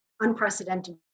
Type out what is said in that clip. unprecedented